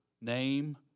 name